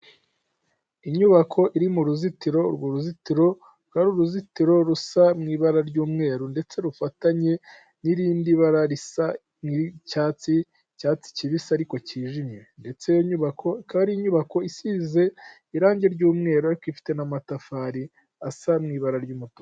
Inyubako iri mu ruzitiro, urwo ruzitiro rukaba ari uruzitiro rusa mu ibara ry'umweru ndetse rufatanye n'irindi bara risa nk'icyatsi, icyatsi kibisi ariko cyijimye. Ndetse iyo nyubako ikaba ari inyubako isize irange ry'umweru ariko ifite n'amatafari asa n'ibara ry'umutuku.